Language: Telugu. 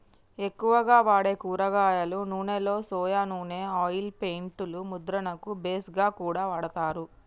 ఎక్కువగా వాడే కూరగాయల నూనెలో సొయా నూనె ఆయిల్ పెయింట్ లు ముద్రణకు బేస్ గా కూడా వాడతారు